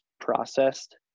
processed